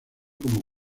como